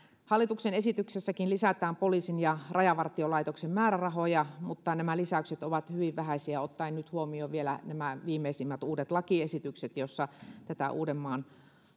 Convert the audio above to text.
hallituksen esityksessäkin lisätään poliisin ja rajavartiolaitoksen määrärahoja mutta nämä lisäykset ovat hyvin vähäisiä ottaen nyt huomioon vielä nämä viimeisimmät uudet lakiesitykset joissa tätä uudenmaan